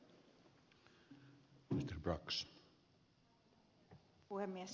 arvoisa herra puhemies